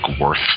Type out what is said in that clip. worth